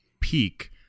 peak